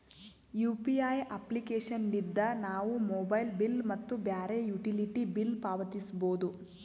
UPI application ಲಿದ್ದ ನಾವು mobile bill ಮತ್ತು ಬ್ಯಾರೆ ಯುಟಿಲಿಟಿ ಬಿಲ್ ಪಾವತಿಸಬೋದು